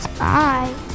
Bye